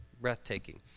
Breathtaking